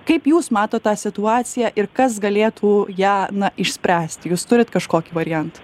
kaip jūs matot tą situaciją ir kas galėtų ją na išspręsti jūs turit kažkokį variantą